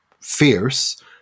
fierce